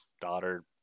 daughter